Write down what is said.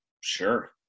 sure